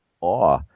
awe